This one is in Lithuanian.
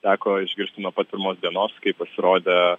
teko išgirsti nuo pat pirmos dienos kai pasirodė